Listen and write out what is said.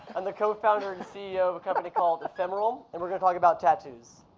and the co-founder and ceo of a company called ephemeral, and we're gonna talk about tattoos.